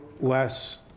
less